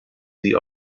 sie